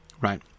right